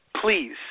please